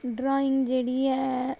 drawing जेह्ड़ी ऐ